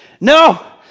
no